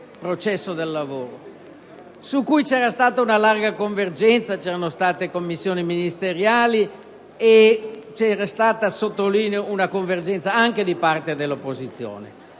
processo del lavoro su cui vi era stata una larga convergenza, vi erano state commissioni ministeriali e vi era stata -sottolineo - una convergenza anche di parte dell'opposizione.